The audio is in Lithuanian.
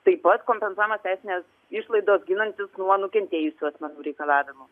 taip pat kompensuojamos teisinės išlaidos ginantis nuo nukentėjusių asmenų reikalavimų